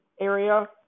area